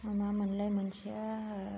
मा मोनलाय मोनसेआ